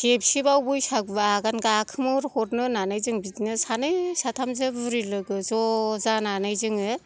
खेबसेबाव बैसागु आगान गाखोमोरहरनो होननानै जों बिदिनो सानै साथामसो बुरि लोगो ज' जानानै जोङो